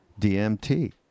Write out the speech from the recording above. DMT